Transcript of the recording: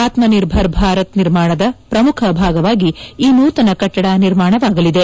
ಆತ್ಮನಿರ್ಭರ್ ಭಾರತ ನಿರ್ಮಾಣದ ಪ್ರಮುಖ ಭಾಗವಾಗಿ ಈ ನೂತನ ಕಟ್ಟದ ನಿರ್ಮಾಣವಾಗಲಿದೆ